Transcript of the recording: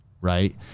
right